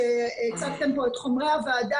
כשהצגתם פה את חומרי הוועדה,